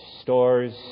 stores